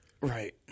right